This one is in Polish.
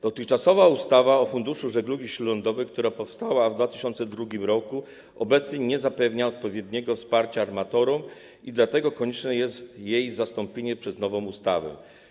Dotychczasowa ustawa o Funduszu Żeglugi Śródlądowej, która powstała w 2002 r., obecnie nie zapewnia odpowiedniego wsparcia armatorom i dlatego konieczne jest jej zastąpienie nową ustawą.